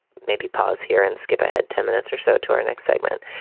maybe pause here and skip ahead ten minutes or so to our next segment.